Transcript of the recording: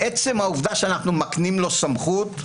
בעצם העובדה שאנחנו מקנים לו סמכות,